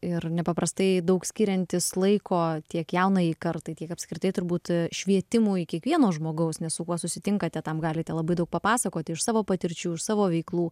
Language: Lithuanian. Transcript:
ir nepaprastai daug skiriantis laiko tiek jaunajai kartai tiek apskritai turbūt švietimui kiekvieno žmogaus nes su kuo susitinkate tam galite labai daug papasakoti iš savo patirčių iš savo veiklų